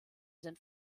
sind